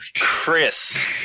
Chris